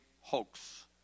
hoax